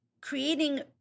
creating